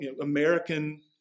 American